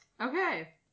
Okay